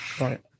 Right